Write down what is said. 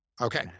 Okay